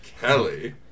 Kelly